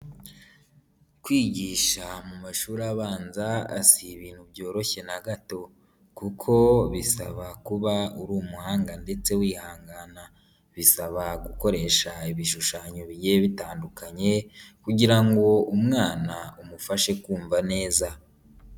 Kwigisha mu mashuri abanza si ibintu byoroshye na gato, kuko bisaba kuba uri umuhanga ndetse wihangana, bisaba gukoresha ibishushanyo bigiye bitandukanye kugira ngo umwana umufashe kumva neza.